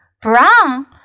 Brown